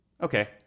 Okay